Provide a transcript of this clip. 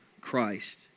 Christ